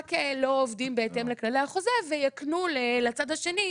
רק לא עובדים בהתאם לכללי החוזה ויקנו לצד השני,